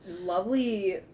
lovely